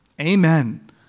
Amen